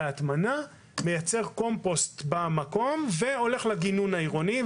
ההטמנה הוא מייצר קומפוסט שהולך לגינון העירוני.